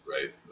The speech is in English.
right